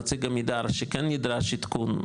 נציג עמידר שכן נדרש עדכון,